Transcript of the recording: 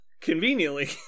conveniently